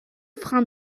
freins